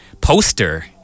poster